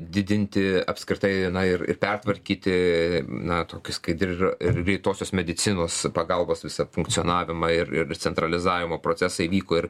didinti apskritai na ir ir pertvarkyti na tokius kaip dirž ir greitosios medicinos pagalbos visą funkcionavimą ir ir centralizavimo procesai vyko ir